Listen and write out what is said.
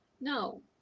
no